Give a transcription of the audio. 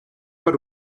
per